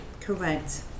Correct